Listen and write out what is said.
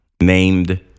named